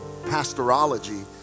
pastoralogy